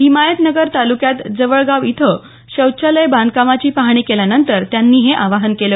हिमायतनगर तालुक्यात जवळगाव इथं शौचालय बांधकामाची पाहणी केल्यानंतर त्यांनी हे आवाहन केलं